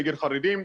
נגד חרדים,